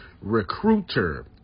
Recruiter